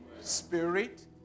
spirit